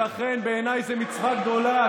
ולכן בעיניי זו מצווה גדולה,